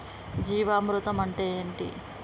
జీవామృతం అంటే ఏంటి?